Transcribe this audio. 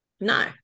No